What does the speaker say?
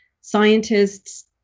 scientists